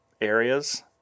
areas